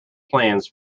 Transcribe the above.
plans